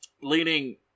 leaning